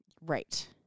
Right